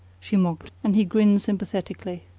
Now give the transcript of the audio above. she mocked, and he grinned sympathetically.